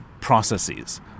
processes